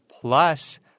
plus